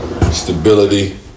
stability